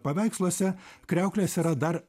paveiksluose kriauklės yra dar